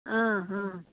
ಹಾಂ ಹಾಂ